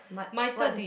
my turn